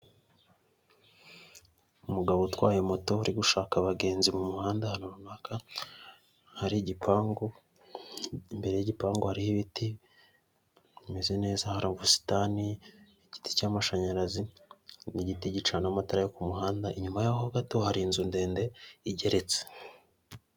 Umugabo utwaye moto urigushaka abagenzi mu muhanda ahantu runaka, hari igipangu, imbere y'igipangu hariho ibiti bimeze neza, hari ubusitani, igiti cy'amashanyarazi, ni giti gicana amatara yo ku muhanda inyuma yaho ho gato hari inzu ndende igeretse.